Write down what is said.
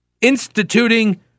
instituting